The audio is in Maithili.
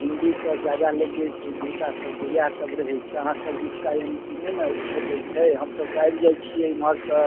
हिन्दीके जादा लैंग्वेज छै हुनका सबके इएह सब रहै छै अहाँ सब दिस कारण की नहि ने भेटै छै हमसब तऽ आबि जाइ छियै एमहर तऽ